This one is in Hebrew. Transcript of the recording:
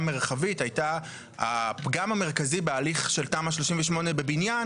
מרחבית הייתה הפגם המרכזי בהליך של תמ"א 38 בבניין,